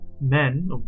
Men